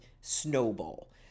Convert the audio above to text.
snowball